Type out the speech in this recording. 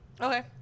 Okay